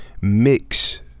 mix